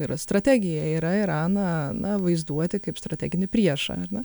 yra strategija yra iraną na vaizduoti kaip strateginį priešą ar ne